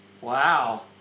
wow